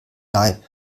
leib